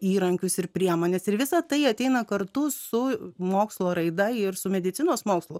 įrankius ir priemones ir visa tai ateina kartu su mokslo raida ir su medicinos mokslų